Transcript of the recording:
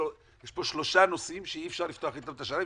יש פה שלושה נושאים שאי אפשר לפתוח איתם את השנה,